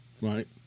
right